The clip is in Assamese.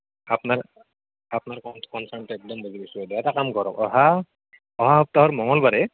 আপনাৰ আপনাৰ কনচাৰ্ণটো একদম বুজি পাইছোঁ বাইদেউ এটা কাম কৰক অহা অহা সপ্তাহৰ মংগলবাৰে